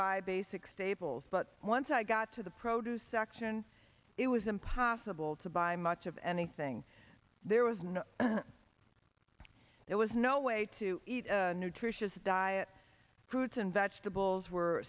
buy basic staples but once i got to the produce section it was impossible to buy much of anything there was no there was no way to eat a nutritious diet fruits and vegetables were